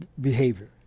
behavior